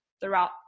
throughout